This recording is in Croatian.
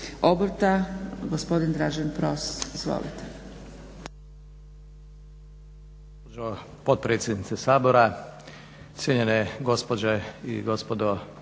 obrta gospodin Dražen Pros. Izvolite.